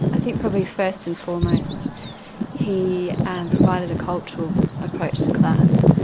i think probably first and foremost he provided a cultural approach to class,